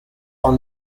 are